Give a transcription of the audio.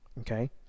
Okay